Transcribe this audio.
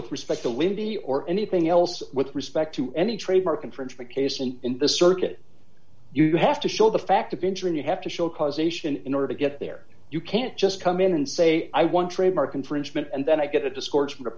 with respect to windy or anything else with respect to any trademark infringement case and in the circuit you have to show the fact of injury you have to show causation in order to get there you can't just come in and say i want trademark infringement and then i get a discourse f